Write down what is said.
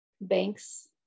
banks